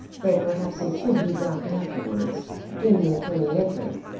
though perhaps it should be dropped afterwards when the attorney entered.